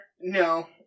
No